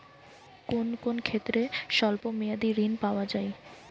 কোন কোন ক্ষেত্রে স্বল্প মেয়াদি ঋণ পাওয়া যায়?